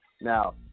Now